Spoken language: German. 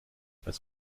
weiß